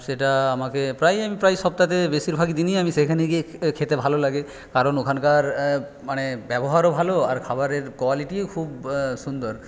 সেটা আমাকে প্রায় প্রায় আমি সপ্তাতে বেশীরভাগ দিনই আমি সেখানে গিয়ে খেতে ভালো লাগে কারণ ওখানকার মানে ব্যবহারও ভালো আর খাবারের কোয়ালিটিও খুব সুন্দর